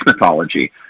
mythology